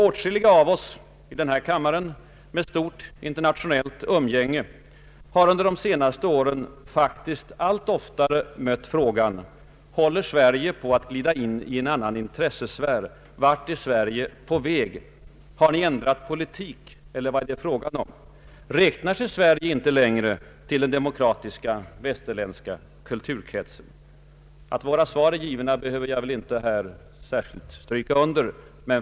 Åtskilliga av oss i denna kammare med ett stort internationellt umgänge har under de senaste åren faktiskt allt oftare mött frågan: Håller Sverige på att glida in i en annan intressesfär? Vart är Sverige på väg? Har ni ändrat politik, eller vad är det fråga om? Räknar sig Sverige inte längre till den demokratiska västerländska kulturkretsen? Att våra svar är givna behöver jag väl inte här särskilt stryka under.